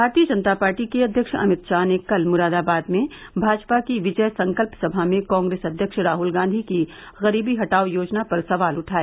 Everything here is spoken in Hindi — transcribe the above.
भारतीय जनता पार्टी के अध्यक्ष अमित शाह ने कल मुरादाबाद में भाजपा की विजय संकल्प सभा में कॉग्रेस अध्यक्ष राहुल गांधी की गरीबी हटाओं योजना पर सवाल उठाए